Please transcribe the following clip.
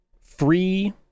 free